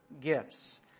gifts